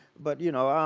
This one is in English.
but you know,